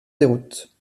déroute